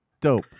Dope